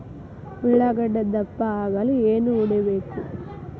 ಉಳ್ಳಾಗಡ್ಡೆ ದಪ್ಪ ಆಗಲು ಏನು ಹೊಡಿಬೇಕು?